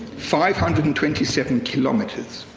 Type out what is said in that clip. five hundred and twenty seven kilometers.